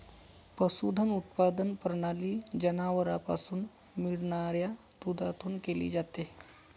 पशुधन उत्पादन प्रणाली जनावरांपासून मिळणाऱ्या दुधातून केली जाते